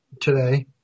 today